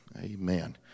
Amen